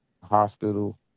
hospital